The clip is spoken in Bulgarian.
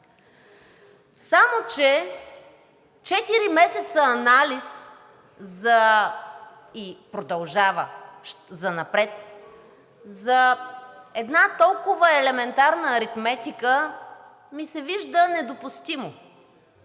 Само че четири месеца анализ и продължаващ занапред за една толкова елементарна аритметика ми се вижда недопустимо.